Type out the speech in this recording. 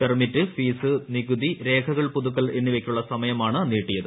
permit fees നികുതി രേഖകൾ പുതുക്കൽ എന്നിവയ്ക്കുള്ള സമയമാണ് നീട്ടിയത്